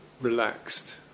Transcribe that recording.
relaxed